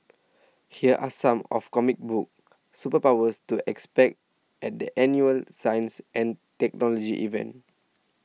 here are some of comic book superpowers to expect at the annual science and technology event